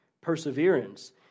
Perseverance